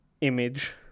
image